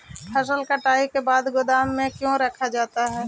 फसल कटाई के बाद गोदाम में क्यों रखा जाता है?